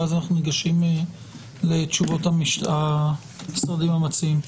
ואז אנחנו ניגשים לתשובות המשרדים המציעים.